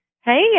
Hey